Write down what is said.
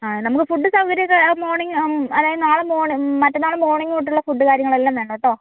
ആ നമുക്ക് ഫുഡ് സൗകര്യം ഒക്കെ അത് മോർണിംഗ് അതായത് നാളെ മറ്റന്നാൾ മോർണിംഗ് തൊട്ടുള്ള ഫുഡ് കാര്യങ്ങൾ എല്ലാം വേണോട്ടോ